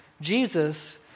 Jesus